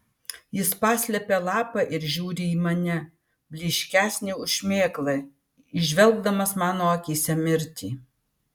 jis paslepia lapą ir žiūri į mane blyškesnį už šmėklą įžvelgdamas mano akyse mirtį